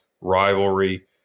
rivalry